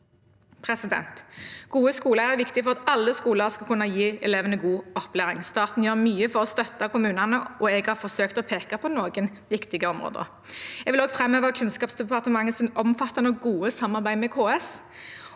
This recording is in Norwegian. arbeidsformer. Gode skoleeiere er viktig for at alle skoler skal kunne gi elevene god opplæring. Staten gjør mye for å støtte kommunene, og jeg har forsøkt å peke på noen viktige områder. Jeg vil også framheve Kunnskapsdepartementets omfattende og gode samarbeid med KS